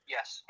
Yes